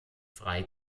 frei